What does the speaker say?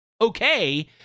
okay